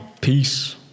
Peace